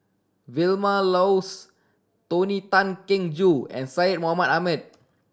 Vilma Laus Tony Tan Keng Joo and Syed Mohamed Ahmed